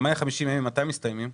מתי 150 הימים מסתיימים?